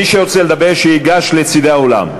מי שרוצה לדבר שייגש לצדי האולם.